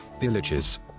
villages